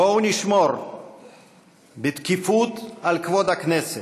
בואו נשמור בתקיפות על כבוד הכנסת,